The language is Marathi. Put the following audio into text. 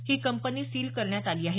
ही कंपनी सील करण्यात आली आहे